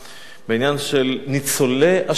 בעניין של ניצולי השואה.